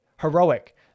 Heroic